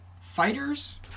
fighters